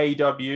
AW